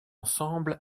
ensemble